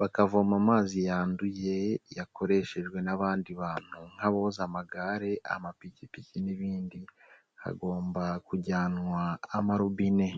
bakavoma amazi yanduye, yakoreshejwe n'abandi bantu nk'aboza amagare, amapikipiki n'ibindi, hagomba kujyanwa amarobine.